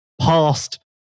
past